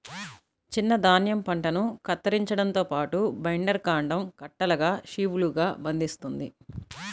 చిన్న ధాన్యం పంటను కత్తిరించడంతో పాటు, బైండర్ కాండం కట్టలుగా షీవ్లుగా బంధిస్తుంది